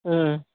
অঁ